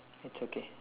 it's okay